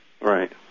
Right